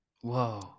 Whoa